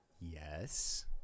yes